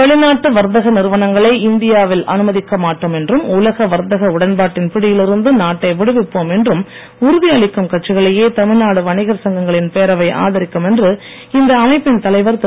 வெளிநாட்டு வர்த்தக நிறுவனங்களை இந்தியா வில் அனுமதிக்க மாட்டோம் என்றும் உலக வர்த்தக உடன்பாட்டின் பிடியில் இருந்து நாட்டை விடுவிப்போம் என்றும் உறுதியளிக்கும் கட்சிகளையே தமிழ்நாடு வணிகர் சங்கங்களின் பேரவை ஆதரிக்கும் என்று இந்த அமைப்பின் தலைவர் திரு